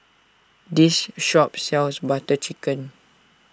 this shop sells Butter Chicken